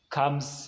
comes